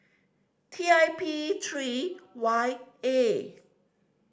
T I P three Y A